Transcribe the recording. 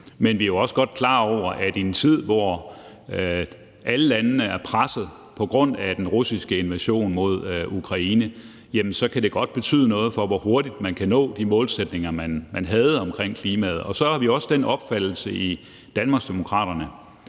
Men vi er jo også godt klar over, at i en tid, hvor alle landene er pressede på grund af den russiske invasion mod Ukraine, så kan det betyde noget for, hvor hurtigt man kan nå de målsætninger, man havde omkring klimaet. Så har vi også den opfattelse i Danmarksdemokraterne,